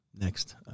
Next